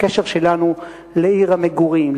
לקשר שלנו לעיר המגורים,